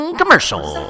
commercial